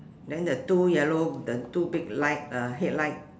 then the two yellow the two big light uh head light